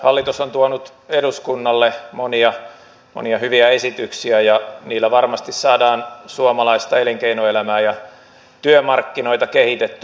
hallitus on tuonut eduskunnalle monia monia hyviä esityksiä ja niillä varmasti saadaan suomalaista elinkeinoelämää ja työmarkkinoita kehitettyä